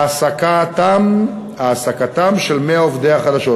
והעסקתם של 100 עובדי החדשות.